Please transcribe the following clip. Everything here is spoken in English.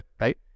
right